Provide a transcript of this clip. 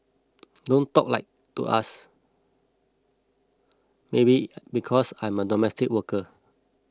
don't talk like to us maybe because I am a domestic worker